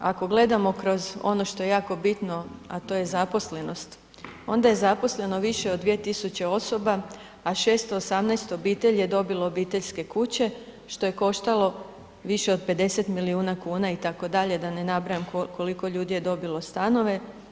Ako gledamo ono što je jako bitno, a to je zaposlenost, onda je zaposleno više od 2.000 osoba, a 618 obitelji je dobilo obiteljske kuće što je koštalo više od 50 milijuna kuna itd., da ne nabrajam koliko ljudi je dobilo stanove.